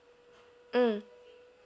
mm